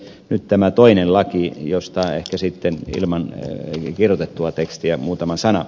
nyt tämä toinen laki josta ehkä sitten ilman kirjoitettua tekstiä muutama sana